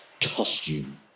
costume